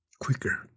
quicker